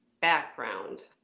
background